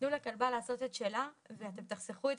תנו לכלבה לעשות את שלה ואתם תחסכו את